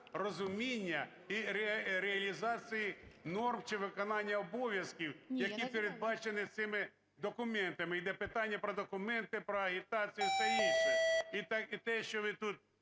розуміння і реалізації норм чи виконання обов'язків, які передбачені цими документами, йде питання про документи, про агітацію і все інше. І те, що ви тут